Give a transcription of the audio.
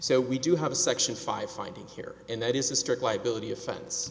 so we do have a section five finding here and that is a strict liability offen